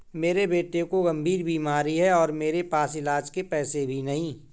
मेरे बेटे को गंभीर बीमारी है और मेरे पास इलाज के पैसे भी नहीं